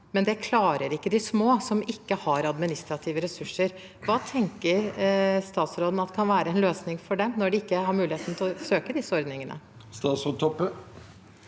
men det klarer ikke de små, som ikke har administrative ressurser. Hva tenker statsråden kan være en løsning for det, når de ikke har muligheten til å søke på disse ordningene? Statsråd